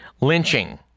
lynching